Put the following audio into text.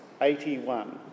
81